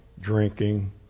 drinking